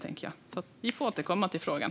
Vi får återkomma till frågan.